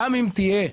נכון,